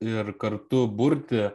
ir kartu burti